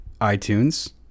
iTunes